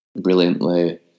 brilliantly